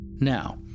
Now